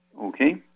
Okay